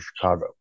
chicago